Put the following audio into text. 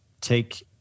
take